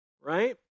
right